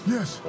Yes